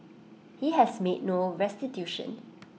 he has made no restitution